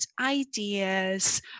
ideas